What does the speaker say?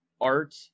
art